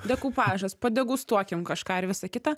dekupažas padegustuokim kažką ir visa kita